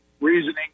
reasoning